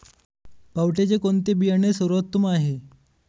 पावट्याचे कोणते बियाणे सर्वोत्तम आहे?